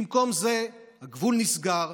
במקום זה הגבול נסגר,